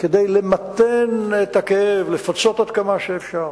כדי למתן את הכאב, לפצות עד כמה שאפשר.